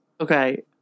Okay